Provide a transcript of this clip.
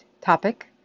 topic